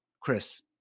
chris